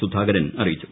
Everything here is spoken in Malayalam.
സുധാകരൻ അറിയിച്ചു